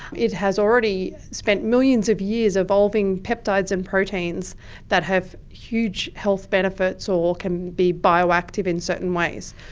it has already spent millions of years evolving peptides and proteins that have huge health benefits or can be bioactive in certain ways.